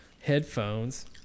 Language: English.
Headphones